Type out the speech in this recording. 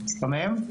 שומעים?